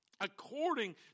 according